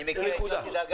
אני מכיר את יוסי דגן.